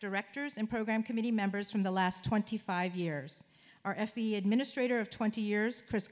directors and program committee members from the last twenty five years our f b i administrator of twenty years chris